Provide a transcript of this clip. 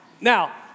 Now